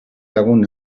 lagun